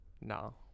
no